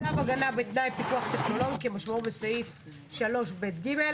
"צו הגנה בתנאי פיקוח טכנולוגי" כמשמעותו בסעיף 3ב(ג);";